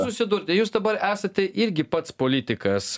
susidurti jūs dabar esate irgi pats politikas